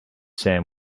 sam